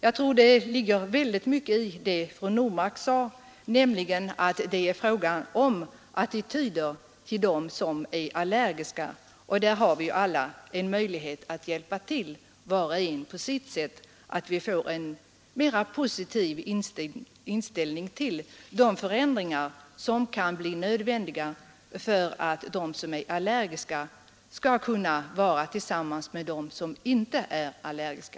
Jag tror att det ligger mycket i det som fru Normark sade — att det är fråga om attityden till dem som är allergiska. Därvidlag har vi alla en möjlighet att hjälpa till, var och en på sitt sätt. Det behövs en mer positiv inställning till de förändringar som kan bli nödvändiga för att de som är allergiska skall kunna vara tillsammans med dem som inte är allergiska.